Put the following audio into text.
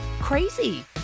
Crazy